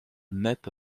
net